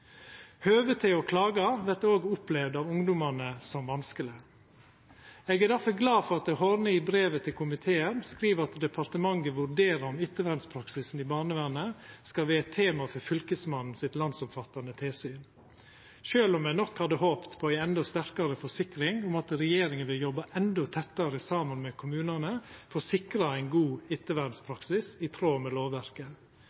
høve til å få ettervern, men det er ein veikskap at bevisbyrda for å rettferdiggjera tiltak ligg hos ungdommane sjølve. Høvet til å klaga vert òg opplevd av ungdomane som vanskeleg. Eg er difor glad for at Horne i brevet til komiteen skriv at departementet vurderer om ettervernspraksisen i barnevernet skal vera tema for fylkesmennene sitt landsomfattande tilsyn, sjølv om eg nok hadde håpa på ei endå sterkare forsikring om at regjeringa vil jobba endå tettare